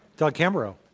doug kamerow.